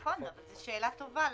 נכון, אבל זו שאלה טובה למה.